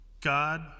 God